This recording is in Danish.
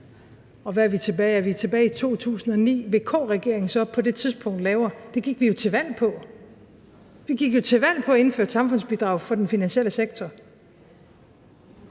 – vi er tilbage i 2009, så det må være en VK-regering – lavede på det tidspunkt, gik vi jo til valg på. Vi gik jo til valg på at indføre et samfundsbidrag fra den finansielle sektor.